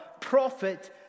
prophet